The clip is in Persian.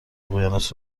اقیانوس